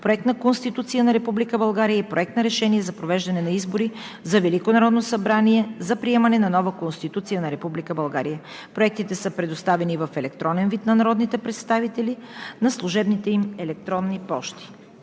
Проект на Конституция на Република България и Проект на решение за провеждане на избори за Велико народно събрание за приемане на нова Конституция на Република България. Проектите са предоставени в електронен вид на народните представители на служебните им електронни пощи.